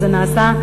שזה נעשה,